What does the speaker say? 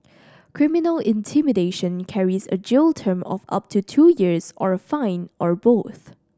criminal intimidation carries a jail term of up to two years or a fine or both